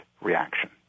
reaction